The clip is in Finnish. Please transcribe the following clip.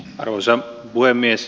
arvoisa puhemies